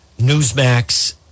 Newsmax